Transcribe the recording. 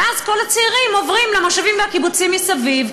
ואז כל הצעירים עוברים למושבים ולקיבוצים מסביב,